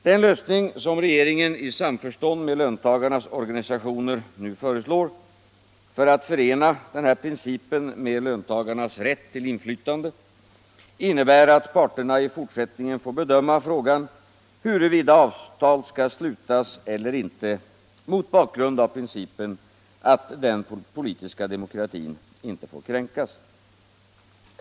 Den lösning som regeringen i samförstånd med löntagarnas organisationer nu föreslår för att förena denna princip med löntagarnas rätt till inflytande innebär att parterna i fortsättningen får bedöma frågan huruvida avtal skall slutas eller inte mot bakgrund av principen att den politiska demokratin inte får kränkas.